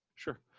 sure,